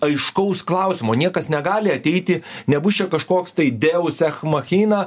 aiškaus klausimo niekas negali ateiti nebus čia kažkoks tai deus ech machina